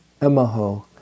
Emaho